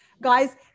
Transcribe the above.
guys